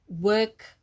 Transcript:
work